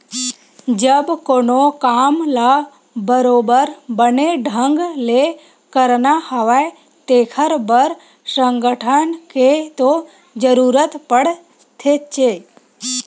जब कोनो काम ल बरोबर बने ढंग ले करना हवय तेखर बर संगठन के तो जरुरत पड़थेचे